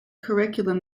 curriculum